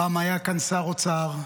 פעם היה כאן שר אוצר,